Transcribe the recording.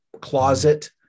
closet